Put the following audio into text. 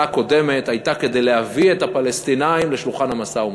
הקודמת הייתה כדי להביא את הפלסטינים לשולחן המשא-ומתן.